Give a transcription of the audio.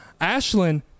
Ashlyn